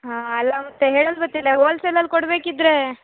ಹಾಂ ಅಲ್ಲ ಮತ್ತೆ ಹೇಳಲು ಬತ್ತಿಲ್ಲ ಹೋಲ್ಸೇಲಲ್ಲಿ ಕೊಡಬೇಕಿದ್ರೆ